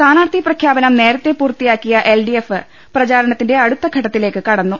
സ്ഥാനാർത്ഥി പ്രഖ്യാപനം നേരത്തെ പൂർത്തിയാക്കി എൽഡിഎഫ് പ്രചാരണത്തിന്റെ അടുത്ത ഘട്ടത്തിലേക്ക് കടന്നു